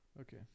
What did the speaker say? Okay